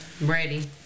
Ready